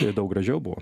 ir daug gražiau buvo